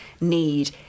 need